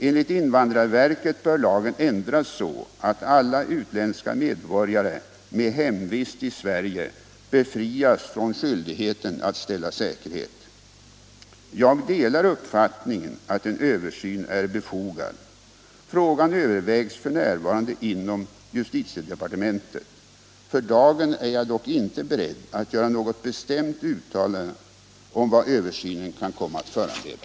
Enligt invandrarverket bör lagen ändras så att alla utländska medborgare med hemvist i Sverige befrias från skyldigheten att ställa säkerhet. Jag delar uppfattningen att en översyn är befogad. Frågan övervägs f. n. inom justitiedepartementet. För dagen är jag dock inte beredd att göra något bestämt uttalande om vad översynen kan komma att föranleda.